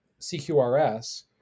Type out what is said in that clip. CQRS